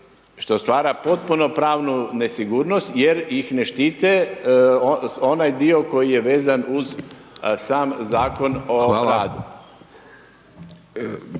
što stvara potpunu pravnu nesigurnost jer ih ne štite onaj dio koji je vezan uz sam Zakon o radu.